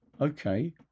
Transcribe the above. Okay